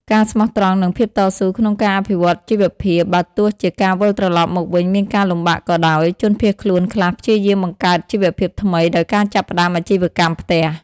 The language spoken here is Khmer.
ការស្មោះត្រង់និងភាពតស៊ូក្នុងការអភិវឌ្ឍជីវភាពបើទោះជាការវិលត្រឡប់មកវិញមានការលំបាកក៏ដោយ ជនភៀសខ្លួនខ្លះព្យាយាមបង្កើតជីវភាពថ្មីដោយការចាប់ផ្តើមអាជីវកម្មផ្ទះ។